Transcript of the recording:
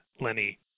Lenny